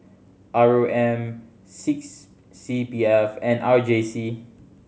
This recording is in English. R O M six C P F and R J C